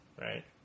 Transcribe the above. right